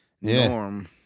norm